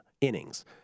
innings